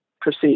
proceed